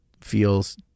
feels